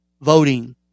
voting